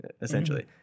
essentially